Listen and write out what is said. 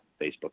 Facebook